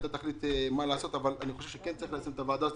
אתה תחליט מה לעשות אבל אני חושב שכן צריך לקבל את מסקנות הוועדה הזאת,